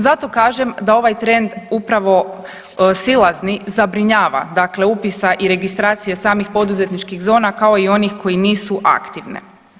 Zato kažem da ovaj trend upravo silazni zabrinjava, dakle upisa i registracije samih poduzetničkih zona kao i onih koje nisu aktivne.